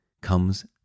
comes